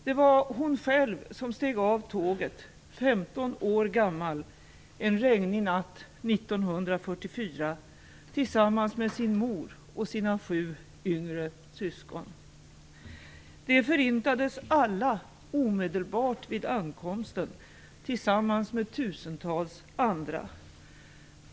Det var här hon själv steg av tåget, 15 år gammal, en regnig natt 1944 tillsammans med sin mor och sina sju yngre syskon. De förintades alla omedelbart vid ankomsten, tillsammans med tusentals andra.